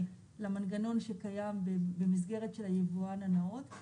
למנגנון שקיים במסגרת של היבואן הנאות,